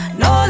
no